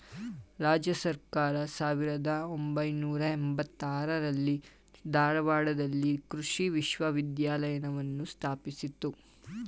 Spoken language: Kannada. ರಾಜ್ಯ ಸರ್ಕಾರ ಸಾವಿರ್ದ ಒಂಬೈನೂರ ಎಂಬತ್ತಾರರಲ್ಲಿ ಧಾರವಾಡದಲ್ಲಿ ಕೃಷಿ ವಿಶ್ವವಿದ್ಯಾಲಯವನ್ನು ಸ್ಥಾಪಿಸಿತು